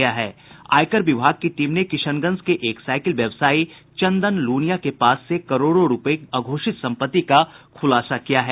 आयकर विभाग की टीम ने किशनगंज के एक साईकिल व्यवसायी चंदन लुनिया के पास से करोड़ों रूपये अघोषित संपत्ति का खुलासा किया है